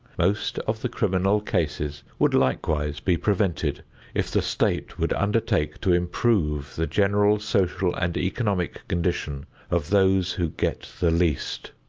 most of the criminal cases would likewise be prevented if the state would undertake to improve the general social and economic condition of those who get the least.